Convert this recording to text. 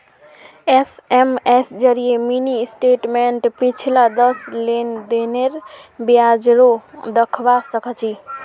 SMS जरिए mini स्टेटमेंटत पिछला दस लेन देनेर ब्यौरा दखवा सखछी